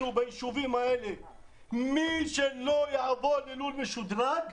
בישובים האלה שמי שלא יעבור ללול משודרג,